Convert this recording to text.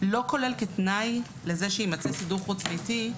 לא כולל כתנאי לזה שיימצא סידור חוץ ביתי.